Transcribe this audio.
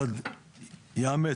אירוע חירום אזרחי בסעיף 90ד,